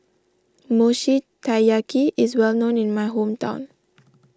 Mochi Taiyaki is well known in my hometown